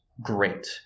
great